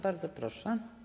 Bardzo proszę.